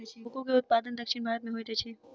cocoa के उत्पादन दक्षिण भारत में होइत अछि